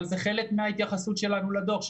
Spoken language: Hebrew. אבל זה חלק מההתייחסות שלנו לדוח,